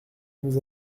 nous